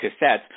cassettes